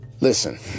Listen